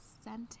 scented